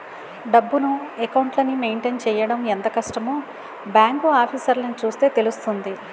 డబ్బును, అకౌంట్లని మెయింటైన్ చెయ్యడం ఎంత కష్టమో బాంకు ఆఫీసర్లని చూస్తే తెలుస్తుంది